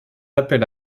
appel